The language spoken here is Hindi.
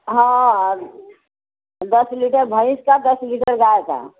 हाँ दस लीटर भैंस का दस लीटर गाय का